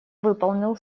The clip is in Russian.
выполнил